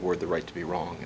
board the right to be wrong